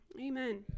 amen